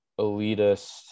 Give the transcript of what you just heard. elitist